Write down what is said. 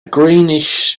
greenish